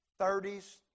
30s